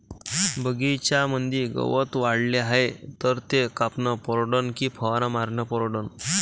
बगीच्यामंदी गवत वाढले हाये तर ते कापनं परवडन की फवारा मारनं परवडन?